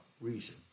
reason